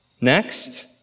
Next